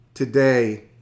today